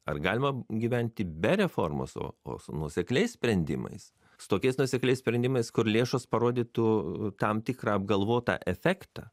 ar galima gyventi be reformos o o nuosekliais sprendimais su tokiais nuosekliais sprendimais kur lėšos parodytų tam tikrą apgalvotą efektą